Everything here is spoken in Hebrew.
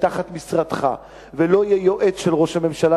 תחת משרדך ולא יהיה יועץ של ראש הממשלה,